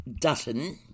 Dutton